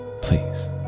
Please